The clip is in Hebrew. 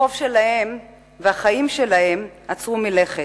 החיים שלהם עצרו מלכת,